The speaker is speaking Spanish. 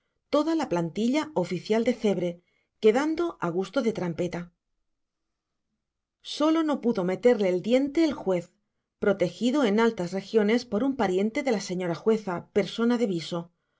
toda la plantilla oficial de cebre quedando a gusto de trampeta sólo no pudo meterle el diente al juez protegido en altas regiones por un pariente de la señora jueza persona de viso